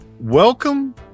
Welcome